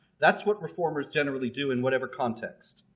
that's what reformers generally do in whatever context.